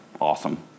Awesome